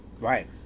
Right